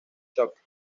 shock